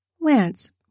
Lance